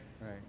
Right